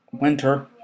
winter